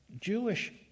Jewish